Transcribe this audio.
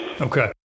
Okay